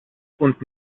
und